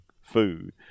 food